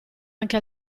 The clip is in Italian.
anche